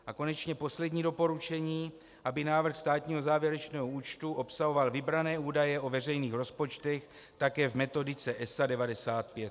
A konečně poslední doporučení, aby návrh státního závěrečného účtu obsahoval vybrané údaje o veřejných rozpočtech také v metodice ESA 95.